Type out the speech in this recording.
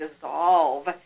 dissolve